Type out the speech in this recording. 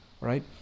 Right